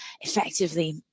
effectively